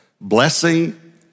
blessing